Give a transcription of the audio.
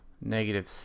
negative